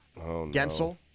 Gensel